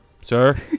Sir